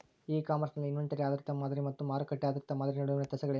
E commerce ನಲ್ಲಿ inventory ಆಧಾರಿತ ಮಾದರಿ ಮತ್ತು ಮಾರುಕಟ್ಟೆ ಆಧಾರಿತ ಮಾದರಿಯ ನಡುವಿನ ವ್ಯತ್ಯಾಸಗಳೇನು?